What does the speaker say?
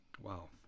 wow